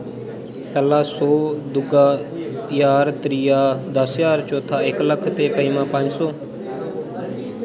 पैह्ला सौ दूआ ज्हार त्रिया दस ज्हार ते चौथा इक लक्ख ते पंजमा पंज सौ